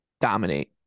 dominate